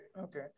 Okay